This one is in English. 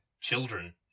children